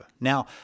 Now